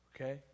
Okay